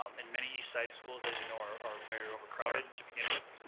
um and many east side schools, as you know, are are very overcrowded to begin with.